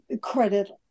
credit